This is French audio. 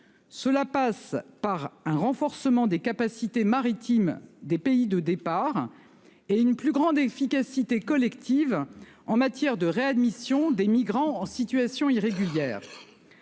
Cela passe par un renforcement des capacités maritimes des pays de départ et une plus grande efficacité collective en matière de réadmission des migrants en situation irrégulière.